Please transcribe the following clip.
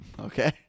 Okay